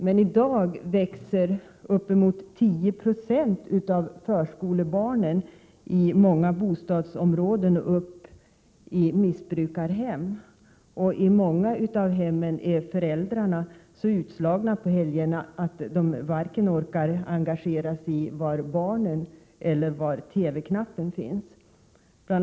Men i dag växer uppemot 10 96 av förskolebarnen i många bostadsområden upp i missbrukarhem. I många av hemmen är föräldrarna så utslagna på helgerna att de inte orkar engagera sig i vare sig var barnen eller var TV-knappen finns. Bl.